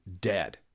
dead